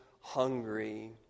hungry